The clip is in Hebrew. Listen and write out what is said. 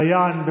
דיין,